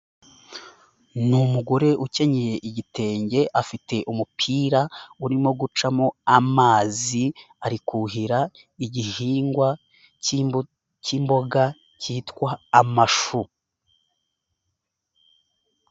Ni umugore ukenyeye igitenge afite umupira urimo gucamo amazi ari kuhira igihingwa cy'imboga kitwa amashu.